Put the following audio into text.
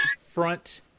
front